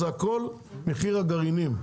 זה הכל מחיר הגרעינים,